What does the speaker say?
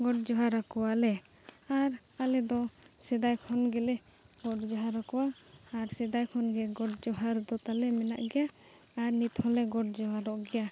ᱜᱚᱰ ᱡᱚᱦᱟᱨᱟᱠᱚᱣᱟᱞᱮ ᱟᱨ ᱟᱞᱮᱫᱚ ᱥᱮᱫᱟᱭ ᱠᱷᱚᱱ ᱜᱮᱞᱮ ᱜᱚᱴ ᱡᱚᱦᱟᱨᱟᱠᱚᱣᱟ ᱟᱨ ᱥᱮᱫᱟᱭ ᱠᱷᱚᱱᱜᱮ ᱜᱚᱴ ᱡᱚᱦᱟᱨ ᱫᱚ ᱛᱟᱞᱮ ᱢᱮᱱᱟᱜ ᱜᱮᱭᱟ ᱟᱨ ᱱᱤᱛ ᱦᱚᱸᱞᱮ ᱜᱚᱴ ᱡᱚᱦᱟᱨᱚᱜ ᱜᱮᱭᱟ